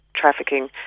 trafficking